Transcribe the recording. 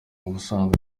ubusanzwe